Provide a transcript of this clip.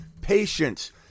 patience